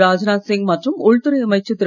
ராஜ்நாத் சிங் மற்றும் உள்துறை அமைச்சர் திரு